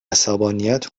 عصبانیت